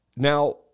Now